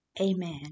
Amen